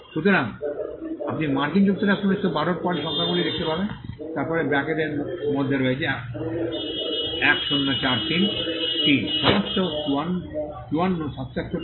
সুতরাং আপনি মার্কিন যুক্তরাষ্ট্র 1912 এর পরে এই সংখ্যাগুলি দেখতে পাবেন তারপরে ব্রাকেট এর মধ্যে রয়েছে 1043 টি সমস্ত 54 76